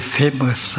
famous